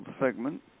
segment